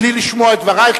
בלי לשמוע את דברייך,